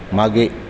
मागे